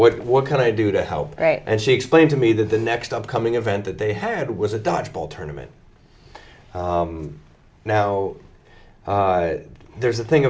what can i do to help and she explained to me that the next upcoming event that they had was a dodgeball tournaments now there's a thing